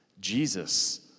Jesus